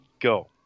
go